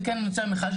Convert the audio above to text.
וכאן אני רוצה שתקשיבי,